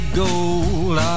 gold